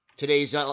Today's